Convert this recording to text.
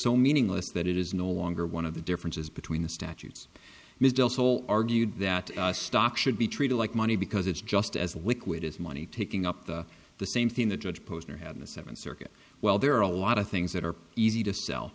so meaningless that it is no longer one of the differences between the statutes mr also argued that stock should be treated like money because it's just as liquid as money taking up the the same thing the judge posner had in the seventh circuit well there are a lot of things that are easy to sell